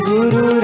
Guru